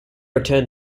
return